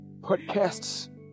Podcasts